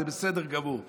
זה בסדר גמור.